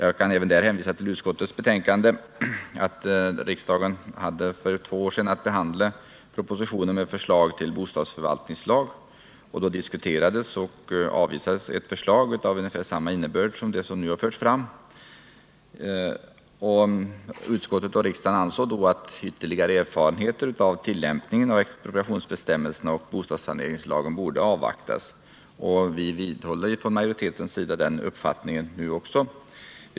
Jag kan även där hänvisa till utskottsbetänkandet. Riksdagen hade för två år sedan att behandla propositioner med förslag till bostadsförvaltningslag. Då diskuterades och avvisades ett förslag av ungefär samma innebörd som det som nu förts fram. Utskottet och riksdagen ansåg då att ytterligare erfarenheter av tillämpningen av expropriationsbestämmelserna och bostadssaneringslagen borde avvaktas. Utskottsmajoriteten vidhåller den uppfattningen.